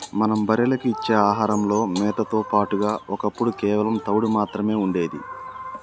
మనం బర్రెలకు ఇచ్చే ఆహారంలో మేతతో పాటుగా ఒప్పుడు కేవలం తవుడు మాత్రమే ఉండేది